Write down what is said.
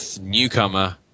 newcomer